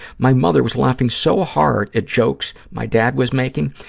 my mother was laughing so hard at jokes my dad was making,